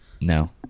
no